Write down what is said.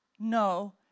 no